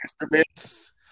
instruments